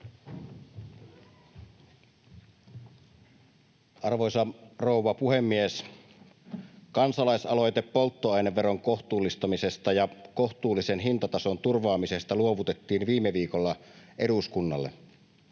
Arvoisa rouva puhemies! Kansalaisaloite polttoaineveron kohtuullistamisesta ja kohtuullisen hintatason turvaamisesta luovutettiin viime viikolla eduskunnalle.